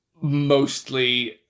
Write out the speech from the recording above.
Mostly